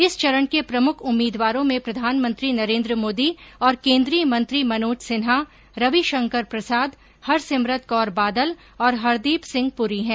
इस चरण के प्रमुख उम्मीदवारों में प्रधानमंत्री नरेंद्र मोदी और केंद्रीय मंत्री मनोज सिन्हा रविशंकर प्रसाद हरसिमरत कौर बादल और हरदीप सिंह पुरी हैं